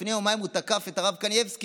לפני יומיים הוא תקף את הרב קנייבסקי,